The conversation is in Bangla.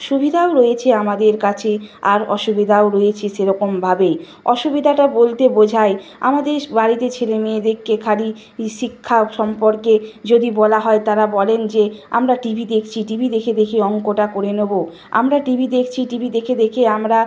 সুবিধাও রয়েছে আমাদের কাছে আর অসুবিধাও রয়েছে সেরকমভাবেই অসুবিধাটা বলতে বোঝায় আমাদেরই বাড়িতে ছেলে মেয়েদেরকে খালি শিক্ষা সম্পর্কে যদি বলা হয় তারা বলেন যে আমরা টিভি দেখছি টিভি দেখে দেখে অঙ্কটা করে নেবো আমরা টিভি দেখছি টিভি দেখে দেখে আমরা